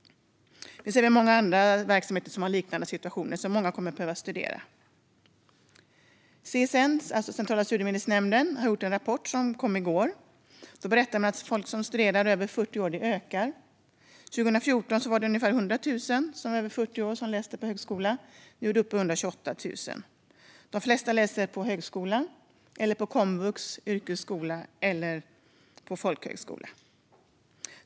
Vi ser många andra verksamheter där det finns en liknande situation. Det är många som kommer att behöva studera. Centrala studiestödsnämnden, CSN, kom ut med en rapport i går. Där berättar man att andelen över 40 år som studerar ökar. År 2014 var det ungefär 100 000 som var över 40 år och läste på högskolan. Nu är det uppe i 128 000. De flesta läser på högskola, komvux, yrkesskola eller folkhögskola.